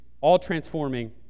all-transforming